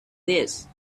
this